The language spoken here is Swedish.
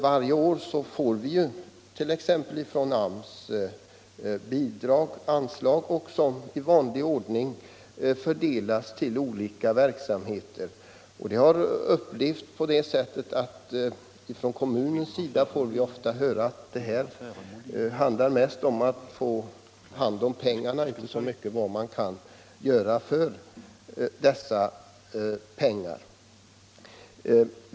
Varje år får vi från AMS anslag som i vanlig ordning fördelas till olika verksamheter. Från kommunen får man ofta höra att det mest handlar om att få hand om pengarna och inte så mycket om vad man skall göra för dessa pengar.